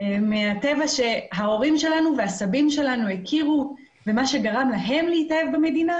מהטבע שההורים שלנו והסבים שלנו הכירו ומה שגרם להם להתאהב במדינה.